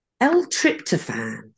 L-tryptophan